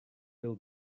bill